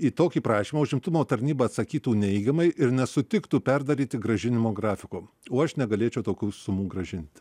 į tokį prašymą užimtumo tarnyba atsakytų neigiamai ir nesutiktų perdaryti grąžinimo grafiko o aš negalėčiau tokių sumų grąžinti